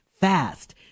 fast